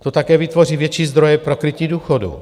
To také vytvoří větší zdroje pro krytí důchodů.